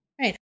Right